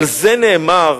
על זה נאמר,